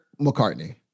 McCartney